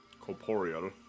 corporeal